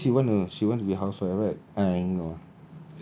then she say she want a she want to be housewife right I know ah